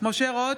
משה רוט,